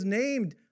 named